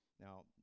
now